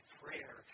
prayer